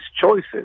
choices